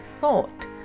thought